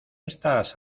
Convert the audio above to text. estás